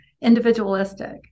individualistic